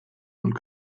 und